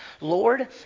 Lord